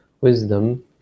wisdom